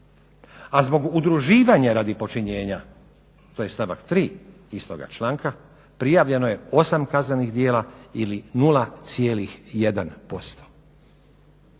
a zbog udruživanja radi počinjenja to je stavak 3. istoga članka prijavljeno je 8 kaznenih djela ili 0,1%.